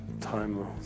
time